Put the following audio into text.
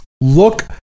Look